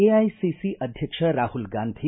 AICC ಅಧ್ಯಕ್ಷ ರಾಹುಲ್ ಗಾಂಧಿ